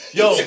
yo